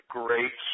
great